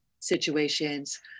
situations